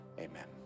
amen